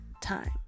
time